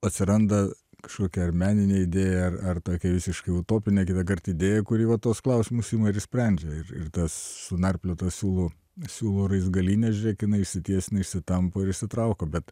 atsiranda kažkokia ar meninė idėja ar tokia visiškai utopinė kita kart idėja kuri va tuos klausimus ima ir sprendžia ir ir tas sunarpliotas siūlų siūlų raizgalynė jinai išsitiesia išsitampo ir sutrauko bet